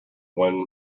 when